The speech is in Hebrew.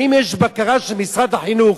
האם יש בקרה של משרד החינוך,